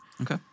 Okay